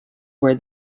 were